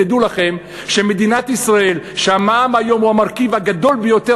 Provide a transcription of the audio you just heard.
תדעו לכם שבמדינת ישראל המע"מ היום הוא המרכיב הגדול ביותר,